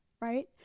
right